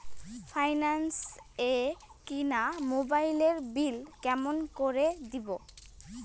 Finance এ কিনা মোবাইলের বিল কেমন করে দিবো?